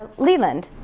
leland.